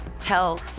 tell